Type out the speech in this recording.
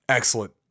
Excellent